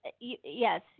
yes